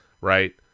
Right